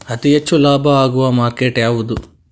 ಅತಿ ಹೆಚ್ಚು ಲಾಭ ಆಗುವ ಮಾರ್ಕೆಟ್ ಯಾವುದು?